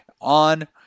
on